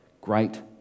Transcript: great